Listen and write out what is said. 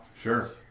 Sure